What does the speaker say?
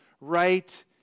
right